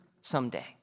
someday